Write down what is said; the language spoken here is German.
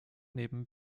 neben